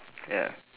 ya